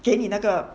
给你那个